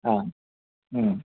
ಹಾಂ ಹ್ಞೂ